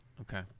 Okay